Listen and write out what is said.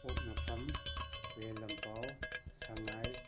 ꯄꯣꯛꯅꯐꯝ ꯍꯨꯌꯦꯟ ꯂꯥꯟꯄꯥꯎ ꯁꯉꯥꯏ